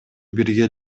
бирге